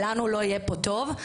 שלנו לא יהיה פה טוב,